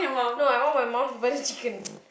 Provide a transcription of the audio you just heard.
no I want my mum to buy the chicken